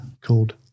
called